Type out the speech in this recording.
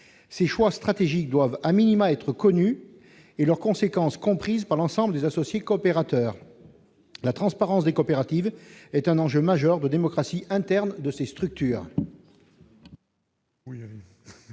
Ces choix stratégiques doivent être connus et leurs conséquences comprises par l'ensemble des associés coopérateurs. La transparence des coopératives est un enjeu majeur de démocratie interne pour ces structures.